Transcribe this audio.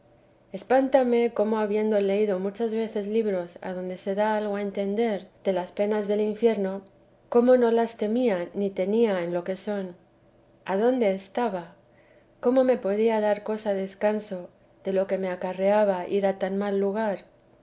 espántame cómo habiendo leído muchas veces libros adonde se da algo a entender de las penas del infierno cómo no las temía ni tenia en lo que son adonde estaba cómo me podía dar cosa descanso de lo que me acarreaba ir a tan mal lugar